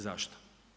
Zašto?